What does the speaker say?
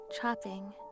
chopping